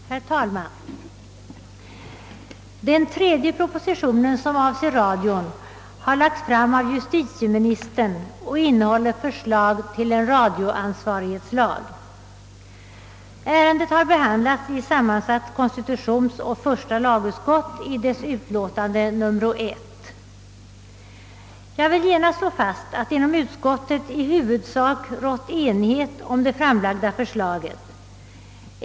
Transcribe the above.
Herr talman! Den tredje propositionen som avser radion har lagts fram av justitieministern och innehåller förslag till en radioansvarighetslag. Ärendet har behandlats i sammansatt konstitutionsoch första lagutskott i dess utlåtande nr 1. Jag vill genast slå fast att inom utskottet i huvudsak rått enighet om det framlagda förslaget.